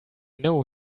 know